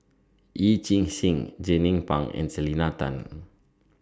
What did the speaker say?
Yee Chia Hsing Jernnine Pang and Selena Tan